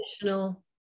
additional